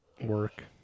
work